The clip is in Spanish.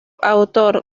autor